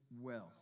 wealth